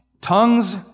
tongues